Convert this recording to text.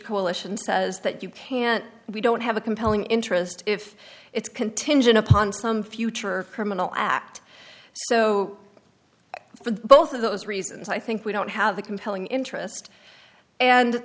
coalition says that you can't we don't have a compelling interest if it's contingent upon some future criminal act so for both of those reasons i think we don't have a compelling interest and